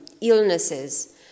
illnesses